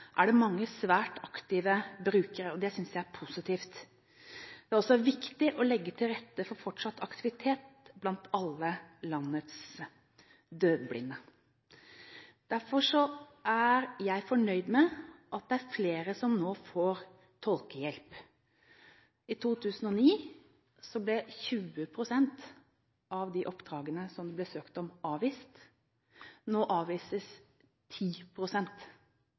er det mange svært aktive brukere, og det synes jeg er positivt. Det er også viktig å legge til rette for fortsatt aktivitet blant alle landets døvblinde. Derfor er jeg fornøyd med at det er flere som nå får tolkehjelp. I 2009 ble 20 pst. av de oppdragene det ble søkt om, avvist. Nå avvises